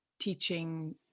teaching